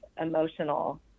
emotional